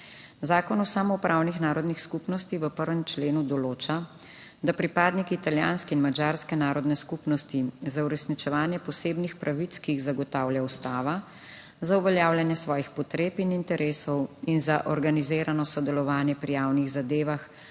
Zakon o samoupravnih narodnih skupnosti v 1. členu določa, da pripadniki italijanske in madžarske narodne skupnosti za uresničevanje posebnih pravic, ki jih zagotavlja ustava, za uveljavljanje svojih potreb in interesov in za organizirano sodelovanje pri javnih zadevah